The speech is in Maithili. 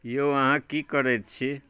यौ अहाँ की करैत छी